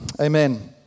Amen